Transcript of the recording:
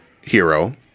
hero